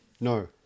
No